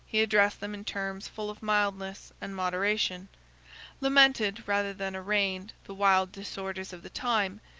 he addressed them in terms full of mildness and moderation lamented, rather than arraigned the wild disorders of the times,